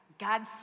God